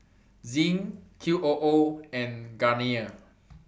Zinc Qoo and Garnier